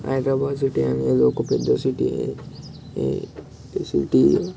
Hyderabad city అనేది ఒక పెద్ద సిటీ ఈ సిటీ